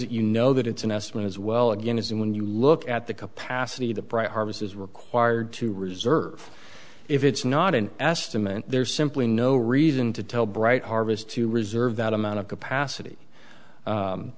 that you know that it's an estimate as well again as in when you look at the capacity the price harvest is required to reserve if it's not an estimate there's simply no reason to tell bright harvest to reserve that amount of capacity